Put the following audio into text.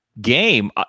game